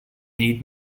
need